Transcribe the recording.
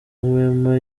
wema